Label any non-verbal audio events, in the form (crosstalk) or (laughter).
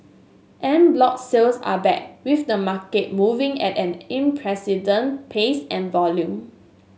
en bloc sales are back with the market moving at an (unintelligible) pace and volume